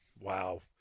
Wow